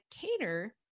cater